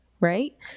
right